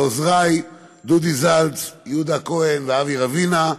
לעוזרי דודי זלץ, יהודה כהן ואבי רבינא.